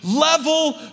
level